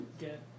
get